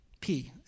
-P